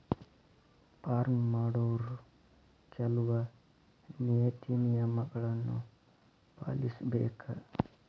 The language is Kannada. ಪಾರ್ಮ್ ಮಾಡೊವ್ರು ಕೆಲ್ವ ನೇತಿ ನಿಯಮಗಳನ್ನು ಪಾಲಿಸಬೇಕ